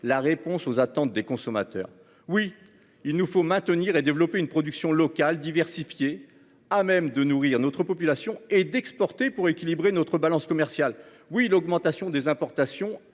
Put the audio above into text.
la réponse aux attentes des consommateurs. Oui il nous faut maintenir et développer une production locale diversifiée à même de nourrir notre population et d'exporter pour équilibrer notre balance commerciale. Oui, l'augmentation des importations